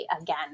again